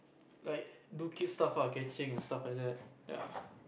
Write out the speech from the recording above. like do kid stuff ah catching and stuff like that ya